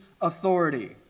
authority